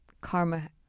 karma